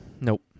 Nope